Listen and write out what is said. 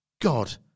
God